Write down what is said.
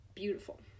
Beautiful